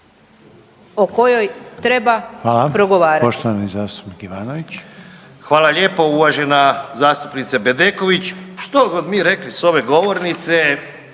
o kojoj treba progovarati.